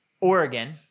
Oregon